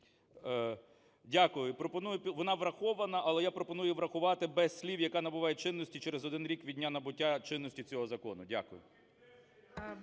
Дякую. Вона врахована, але я пропоную її врахувати без слів "яка набуває чинності через один рік від дня набуття чинності цього закону". Дякую.